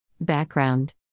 Background